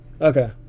Okay